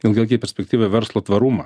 ilgalaikėje perspektyvoje verslo tvarumą